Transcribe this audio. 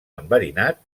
enverinat